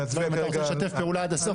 אם אתה רוצה לשתף פעולה עד הסוף,